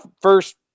first